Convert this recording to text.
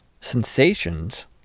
sensations